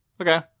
Okay